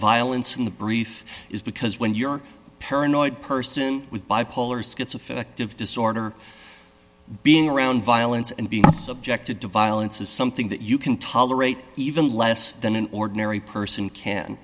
violence in the brief is because when you're paranoid person with bipolar schizo affective disorder being around violence and being subjected to violence is something that you can tolerate even less than an ordinary person can